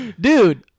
dude